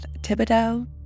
Thibodeau